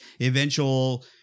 eventual